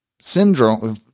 syndrome